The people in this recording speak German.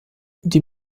die